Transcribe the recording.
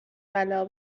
بلاها